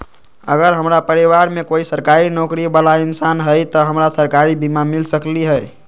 अगर हमरा परिवार में कोई सरकारी नौकरी बाला इंसान हई त हमरा सरकारी बीमा मिल सकलई ह?